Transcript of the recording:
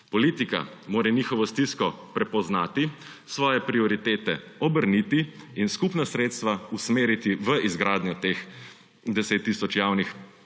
Politika mora njihovo stisko prepoznati, svoje prioritete obrniti in skupna sredstva usmeriti v izgradnjo teh 10 tisoč javnih